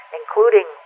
including